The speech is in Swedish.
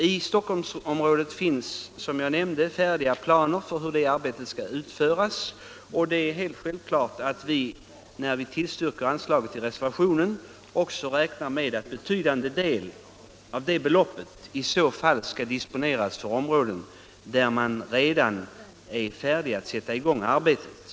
I Stockholmsområdet finns, som jag nämnde, färdiga planer för hur arbetet skall utföras, och det är helt självklart att när vi i reservation 18 har tillstyrkt att anslaget höjs till 10 milj.kr. så har vi också räknat med att en betydande del av det beloppet skall disponeras för områden där man redan är färdig att sätta i gång arbetet.